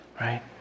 right